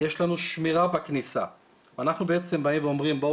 יש לנו שמירה בכניסה ואנחנו בעצם באים ואומרים,